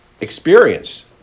experience